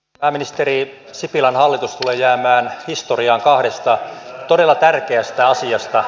pääministeri sipilän hallitus tulee jäämään historiaan kahdesta todella tärkeästä asiasta